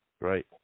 Right